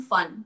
Fun